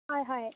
হয় হয়